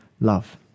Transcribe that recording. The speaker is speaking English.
love